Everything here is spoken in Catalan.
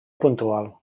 puntual